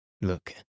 Look